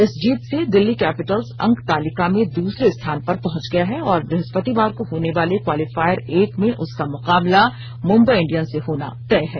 इस जीत से दिल्ली कैपिटल्स अंक तालिका में दूसरे स्थान पर पहुंच गया है और ब्रहस्पतिवार को होने वाले क्वालिफायर एक में उसका मुकाबला मुंबई इंडियेंस से होना तय है